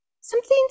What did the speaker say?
something's